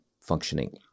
functioning